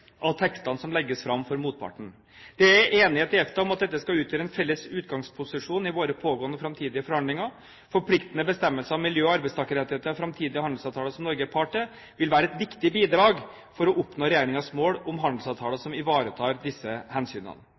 tekstene som legges fram for motparten. Det er enighet i EFTA om at dette skal utgjøre en felles utgangsposisjon i våre pågående og framtidige forhandlinger. Forpliktende bestemmelser om miljø og arbeidstakerrettigheter i framtidige handelsavtaler som Norge er part i, vil være et viktig bidrag for å oppnå regjeringens mål om handelsavtaler som ivaretar disse hensynene.